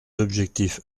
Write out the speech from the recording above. objectifs